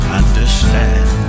understand